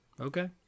Okay